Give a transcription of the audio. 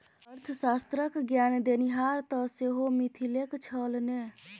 अर्थशास्त्र क ज्ञान देनिहार तँ सेहो मिथिलेक छल ने